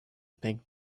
big